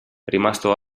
rimasto